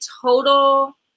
total